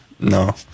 No